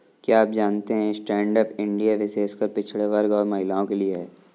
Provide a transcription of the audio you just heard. क्या आप जानते है स्टैंडअप इंडिया विशेषकर पिछड़े वर्ग और महिलाओं के लिए है?